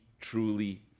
truly